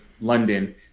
London